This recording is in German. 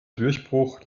durchbruch